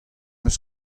eus